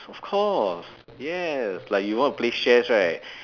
of course yes like you want to play shares right